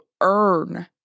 earn